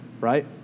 right